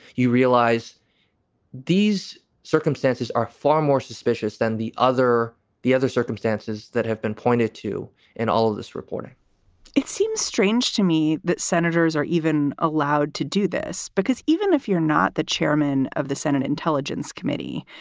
you realize these circumstances are far more suspicious than the other the other circumstances that have been pointed to in all of this reporting it seems strange to me that senators are even allowed to do this, because even if you're not the chairman of the senate intelligence committee,